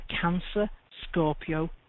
Cancer-Scorpio